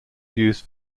used